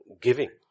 giving